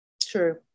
True